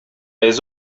les